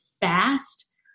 fast